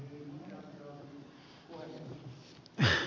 puhemies